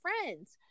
friends